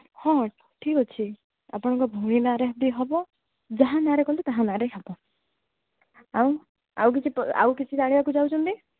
ହଁ ହଁ ଠିକ୍ ଅଛି ଆପଣଙ୍କ ଭଉଣୀ ନାଁରେ ବି ହେବ ଯାହା ନାଁରେ କଲେ ତା ନାଁରେ ହବ ଆଉ ଆଉ କିଛି ଆଉ କିଛି ଜାଣିବାକୁ ଚାହୁଁଛନ୍ତି